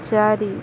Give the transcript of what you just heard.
ଚାରି